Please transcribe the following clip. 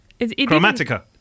chromatica